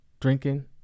drinking